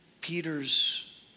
Peter's